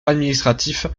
administratif